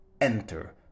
enter